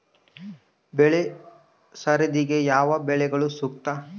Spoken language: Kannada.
ಬೆಳೆ ಸರದಿಗೆ ಯಾವ ಬೆಳೆಗಳು ಸೂಕ್ತ?